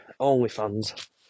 OnlyFans